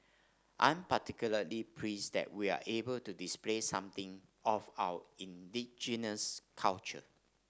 I'm particularly pleased that we're able to display something of our indigenous culture